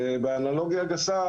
ובאנלוגיה גסה,